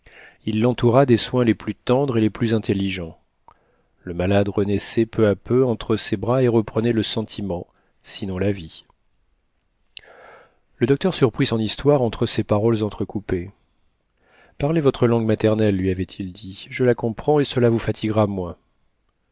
il l'entoura des soins les plus tendres et les plus intelligents le malade renaissait peu à peu entre ses bras et reprenait le sentiment sinon la vie le docteur surprit son histoire entre ses paroles entrecoupées parlez votre langue maternelle lui avait-il dit je la comprends et cela vous fatiguera moins